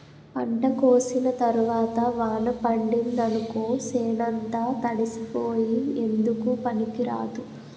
పంట కోసిన తరవాత వాన పడిందనుకో సేనంతా తడిసిపోయి ఎందుకూ పనికిరాదు